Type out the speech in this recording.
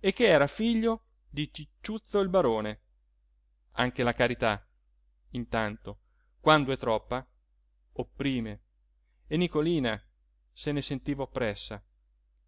e che era figlio di cicciuzzo il barone anche la carità intanto quando è troppa opprime e nicolina se ne sentiva oppressa